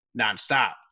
nonstop